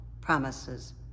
promises